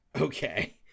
Okay